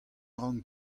ran